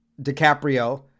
DiCaprio